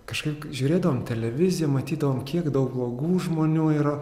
kažkaip žiūrėdavom televiziją matydavom kiek daug blogų žmonių yra